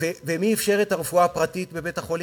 ומי אִפשר את הרפואה הפרטית בבית-החולים?